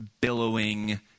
billowing